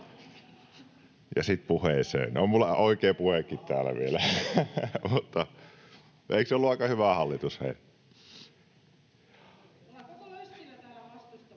Ja sitten puheeseen — on minulla oikea puhekin täällä vielä. — Eikö se ollut aika hyvä, hallitus,